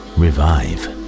revive